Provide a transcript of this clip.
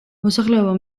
მოსახლეობა